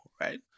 right